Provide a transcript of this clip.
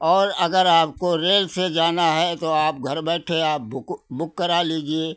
और अगर आपको रेल से जाना है तो आप घर बैठे आप बुक बुक करा लीजिए